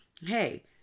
hey